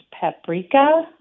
paprika